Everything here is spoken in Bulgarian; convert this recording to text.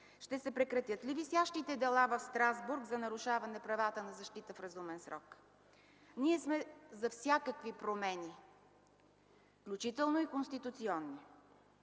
Ще се прекратят ли висящите дела в Страсбург за нарушаване правата на защита в разумен срок? Ние сме за всякакви промени, включително и конституционни,